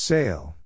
Sale